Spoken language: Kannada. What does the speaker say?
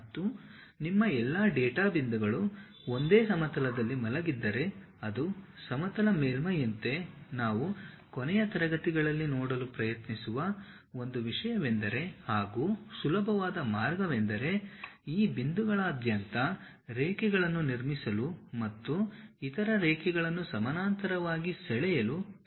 ಮತ್ತು ನಿಮ್ಮ ಎಲ್ಲಾ ಡೇಟಾ ಬಿಂದುಗಳು ಒಂದೇ ಸಮತಲದಲ್ಲಿ ಮಲಗಿದ್ದರೆ ಅದು ಸಮತಲ ಮೇಲ್ಮೈಯಂತೆ ನಾವು ಕೊನೆಯ ತರಗತಿಗಳಲ್ಲಿ ನೋಡಲು ಪ್ರಯತ್ನಿಸುವ ಒಂದು ವಿಷಯವೆಂದರೆ ಹಾಗೂ ಸುಲಭವಾದ ಮಾರ್ಗವೆಂದರೆ ಈ ಬಿಂದುಗಳಾದ್ಯಂತ ರೇಖೆಗಳನ್ನು ನಿರ್ಮಿಸಲು ಮತ್ತು ಇತರ ರೇಖೆಗಳನ್ನು ಸಮಾನಾಂತರವಾಗಿ ಸೆಳೆಯಲು ಪ್ರಯತ್ನಿಸುತ್ತಿದೆ